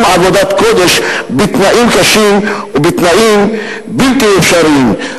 עבודת קודש בתנאים קשים ובתנאים בלתי אפשריים".